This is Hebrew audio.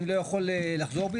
אני לא יכול לחזור בי,